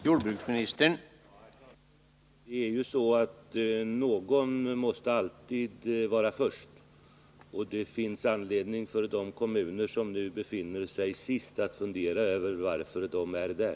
Herr talman! Någon måste alltid vara först. Det finns anledning för de kommuner som nu befinner sig sist att fundera över varför de är där.